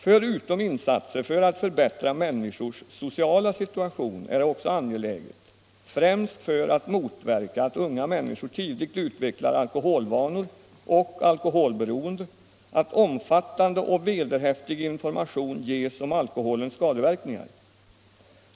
Förutom insatser för att förbättra människors sociala situation är det också angeläget, främst för att motverka att unga människor tidigt utvecklar alkoholvanor och alkoholberoende, att omfattande och vederhäftig information ges om alkoholens skadeverkningar.